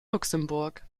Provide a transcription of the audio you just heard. luxemburg